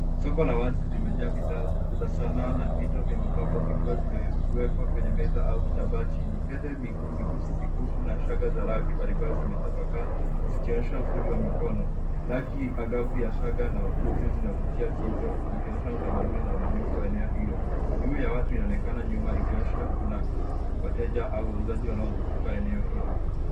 Soko la wazi limejaa bidhaa za sanaa na vito vya mapambo vikiwa zimewekwa kwenye meza au kitambaa chini. Pete, mikufu, vikuku na shanga za rangi mbalimbali zimetapakaa, zikionyesha ufundi wa mikono. Rangi agavu ya shanga na uzi zinavutia jicho zikionyesha utamaduni na ubunifu wa eneo hilo. Wingu la watu inaonekana nyuma ikionyesha kuna wateja au wauzaji wanaozunguka eneo hilo.